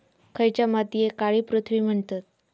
खयच्या मातीयेक काळी पृथ्वी म्हणतत?